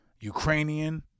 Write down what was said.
Ukrainian